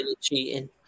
cheating